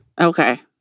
okay